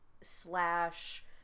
slash